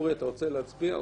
אורי, אתה רוצה להצביע?